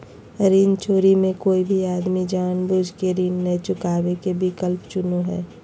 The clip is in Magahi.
ऋण चोरी मे कोय भी आदमी जानबूझ केऋण नय चुकावे के विकल्प चुनो हय